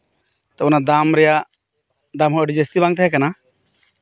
ᱛᱳ ᱚᱱᱟ ᱫᱟᱢ ᱨᱮᱭᱟᱜ ᱫᱟᱢ ᱦᱚᱸ ᱟᱹᱰᱤ ᱡᱟᱹᱥᱛᱤ ᱵᱟᱝ ᱛᱟᱦᱮᱸ ᱠᱟᱱᱟ